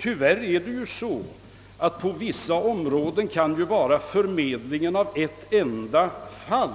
Tyvärr kan ju på vissa områden förmedlingen av ett enda fall